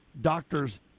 doctors